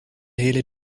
hele